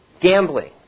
Gambling